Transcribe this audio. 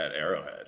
Arrowhead